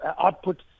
output